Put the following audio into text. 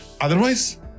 Otherwise